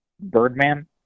Birdman